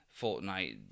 Fortnite